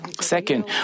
Second